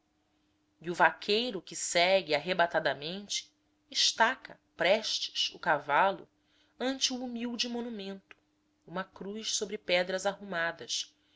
e o vaqueiro que segue arrebatadamente estaca prestes o cavalo ante o humilde monumento uma cruz sobre pedras arrumadas